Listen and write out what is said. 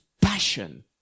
passion